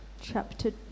chapter